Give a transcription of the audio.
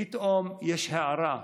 פתאום יש הארה,